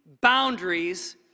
boundaries